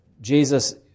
Jesus